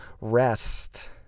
rest